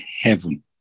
heaven